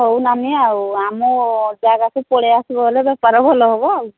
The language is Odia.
ହଉ ନାନୀ ଆଉ ଆମ ଜାଗାକୁ ପଳେଇ ଆସିବ ହେଲେ ବେପାର ଭଲ ହେବ ଆଉ